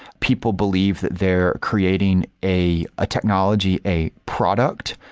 people believe that they're creating a a technology, a product,